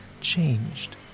changed